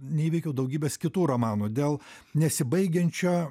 neįveikiau daugybės kitų romanų dėl nesibaigiančio